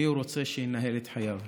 מי הוא רוצה שינהל את חייו.